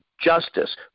justice